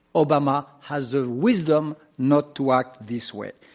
obama has the wisdom not to act this way.